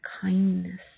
kindness